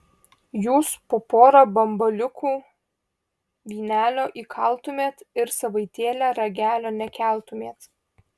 jūs po porą bambaliukų vynelio įkaltumėt ir savaitėlę ragelio nekeltumėt